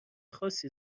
خاصی